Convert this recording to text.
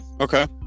okay